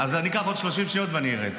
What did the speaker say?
אז אני אקח עוד 30 שניות ואני ארד.